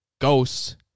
ghosts